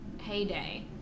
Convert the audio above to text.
heyday